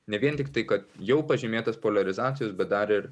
ne vien tiktai kad jau pažymėtas poliarizacijos bet dar ir